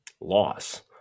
Loss